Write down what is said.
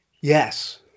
Yes